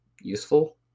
useful